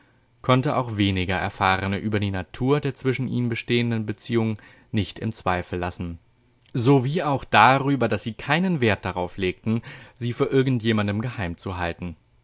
konnte auch weniger erfahrene über die natur der zwischen ihnen bestehenden beziehungen nicht im zweifel lassen sowie auch darüber daß sie keinen wert darauf legten sie vor irgend jemandem